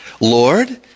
Lord